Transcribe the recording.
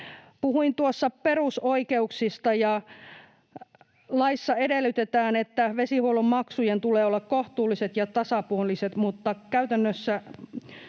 Puhuin tuossa perusoikeuksista. Laissa edellytetään, että vesihuollon maksujen tulee olla kohtuulliset ja tasapuoliset, mutta käytännössä